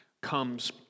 comes